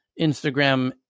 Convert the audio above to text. Instagram